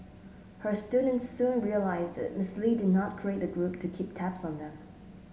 her students soon realised that Ms Lee did not create the group to keep tabs on them